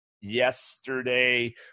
yesterday